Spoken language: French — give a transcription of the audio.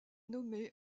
nommé